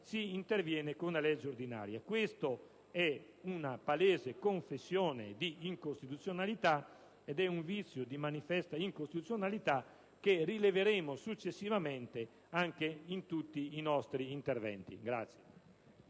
si interviene con una legge ordinaria. È una palese confessione di incostituzionalità, ed un vizio di manifesta incostituzionalità, che rileveremo successivamente anche in tutti i nostri interventi.